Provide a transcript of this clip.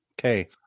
Okay